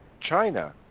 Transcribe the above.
China